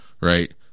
Right